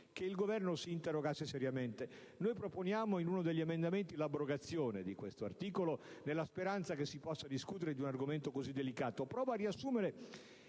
che il Governo si interrogasse seriamente. In uno degli emendamenti presentati noi proponiamo l'abrogazione di questo articolo, nella speranza che si possa discutere di un argomento così delicato. Provo a riassumere